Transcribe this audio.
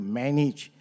manage